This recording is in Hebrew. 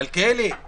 מלכיאלי,